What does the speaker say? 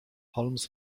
holmes